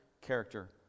character